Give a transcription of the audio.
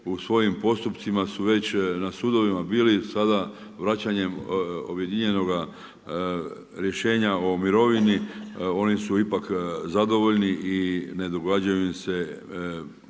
u svojim postupcima su već na sudovima bili sada vraćanjem objedinjenoga rješenja o mirovini. Oni su ipak zadovoljni i ne događaju im se,